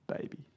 baby